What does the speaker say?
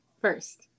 first